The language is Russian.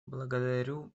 благодарю